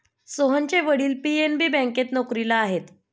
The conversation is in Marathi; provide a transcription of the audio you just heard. सोहनचे वडील पी.एन.बी बँकेत नोकरीला आहेत